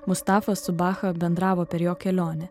mustafa su bacha bendravo per jo kelionę